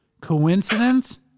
Coincidence